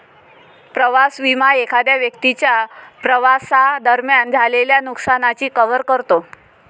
प्रवास विमा एखाद्या व्यक्तीच्या प्रवासादरम्यान झालेल्या नुकसानाची कव्हर करतो